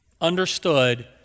understood